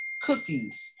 Cookies